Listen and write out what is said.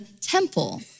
temple